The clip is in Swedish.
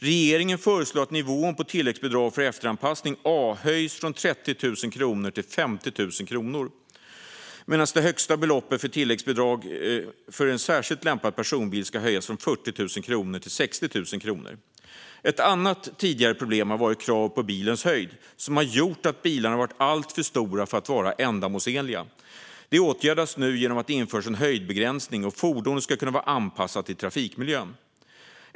Regeringen föreslår att nivån på tilläggsbidrag för efteranpassning A höjs från 30 000 kronor till 50 000 kronor, medan det högsta beloppet för tilläggsbidrag för särskilt lämpad personbil ska höjas från 40 000 kronor till 60 000 kronor. Ett annat problem har varit kravet på bilens höjd, som har gjort att bilarna har varit alltför stora för att vara ändamålsenliga. Det åtgärdas nu genom att det införs en höjdbegränsning. Fordonen ska kunna vara anpassade till trafikmiljön.